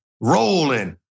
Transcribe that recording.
rolling